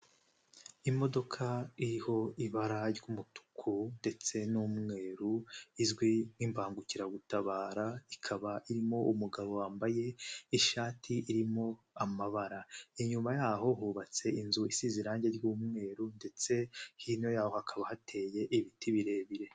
Imodoka iriho ibara ry'umutuku ndetse n'umweru izwi nk'imbangukiragutabara, ikaba irimo umugabo wambaye ishati irimo amabara, inyuma yaho hubatse inzu isize irangi ry'umweru ndetse hino yaho hakaba hateye ibiti birebire.